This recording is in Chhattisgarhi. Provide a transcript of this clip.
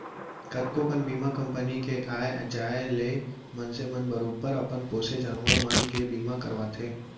कतको कन बीमा कंपनी के आ जाय ले मनसे मन बरोबर अपन पोसे जानवर मन के बीमा करवाथें